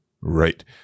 Right